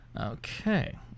Okay